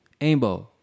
aimbo